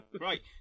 Right